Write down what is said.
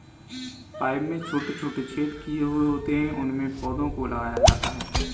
pipe में छोटे छोटे छेद किए हुए होते हैं उनमें पौधों को लगाया जाता है